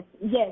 Yes